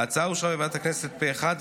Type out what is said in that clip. ההצעה אושרה בוועדת הכנסת פה אחד,